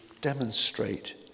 demonstrate